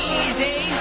easy